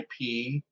IP